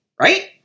right